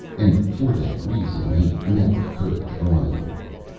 and for that reason he never could get on in the world.